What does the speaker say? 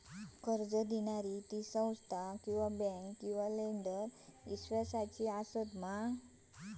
कर्ज दिणारी ही संस्था किवा बँक किवा लेंडर ती इस्वासाची आसा मा?